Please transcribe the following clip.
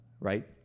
right